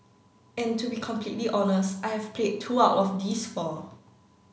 and to be completely honest I have played two out of these four